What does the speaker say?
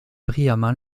brillamment